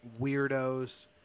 weirdos